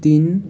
तिन